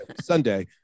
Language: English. Sunday